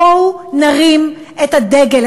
בואו נרים את הדגל,